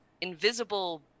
invisible